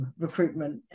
recruitment